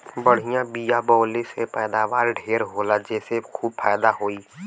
बढ़िया बिया बोवले से पैदावार ढेर होला जेसे खूब फायदा होई